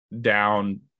down